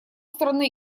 страны